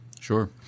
Sure